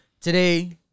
Today